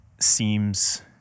seems